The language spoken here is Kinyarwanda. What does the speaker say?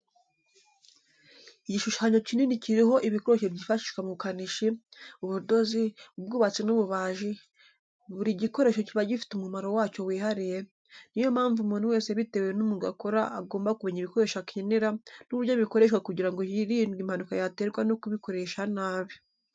Igishushanyo kikini kiriho ibikoresho byifashishwa mu bukanishi, ubudozi, ubwubatsi n'ububajii, buri gikoresho kiba gifite umumaro wacyo wihariye, niyo mpamvu umuntu wese bitewe n'umwuga akora agomba kumenya ibikoresho akenera n'uburyo bikoreshwa kugira ngo hirindwe impanuka yaterwa no kubikoresha nabi.